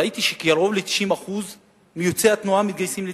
ראיתי שקרוב ל-90% מיוצאי התנועה מתגייסים לצה"ל,